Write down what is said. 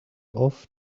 off